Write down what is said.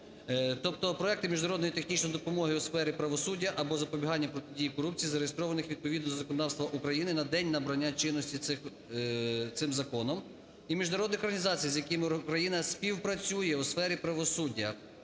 Тобто проекти міжнародної технічної допомоги у сфері правосуддя або запобігання і протидії корупції, зареєстрованих відповідно до законодавства України на день набрання чинності цим законом, і міжнародних організацій, з якими Україна співпрацює у сфері правосуддя.